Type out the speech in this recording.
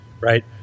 right